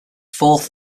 fourth